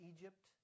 Egypt